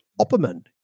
Opperman